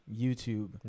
youtube